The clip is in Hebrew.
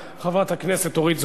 חברת הכנסת אורלי לוי אבקסיס,